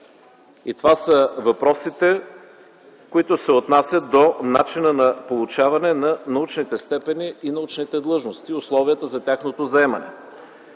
Това са въпросите, които се отнасят до начина на получаване на научните степени и научните длъжности и условията за тяхното заемане.